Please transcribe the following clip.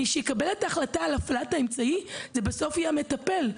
מי שיקבל את ההחלטה על הפעלת האמצעי זה בסוף יהיה המטפל,